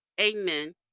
Amen